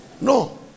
No